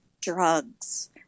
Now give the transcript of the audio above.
drugs